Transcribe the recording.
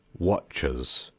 watchers,